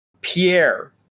Pierre